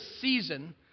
season